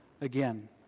again